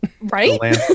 right